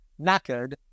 knackered